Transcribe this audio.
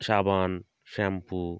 সাবান শ্যাম্পু